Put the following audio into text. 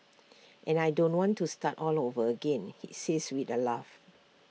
and I don't want to start all over again he says with A laugh